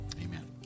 Amen